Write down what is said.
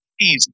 easy